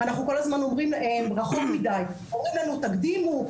אומרים לנו, תקדימו.